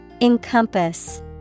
Encompass